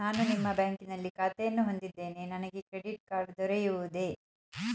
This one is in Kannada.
ನಾನು ನಿಮ್ಮ ಬ್ಯಾಂಕಿನಲ್ಲಿ ಖಾತೆಯನ್ನು ಹೊಂದಿದ್ದೇನೆ ನನಗೆ ಕ್ರೆಡಿಟ್ ಕಾರ್ಡ್ ದೊರೆಯುವುದೇ?